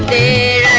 a